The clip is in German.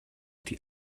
die